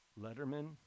Letterman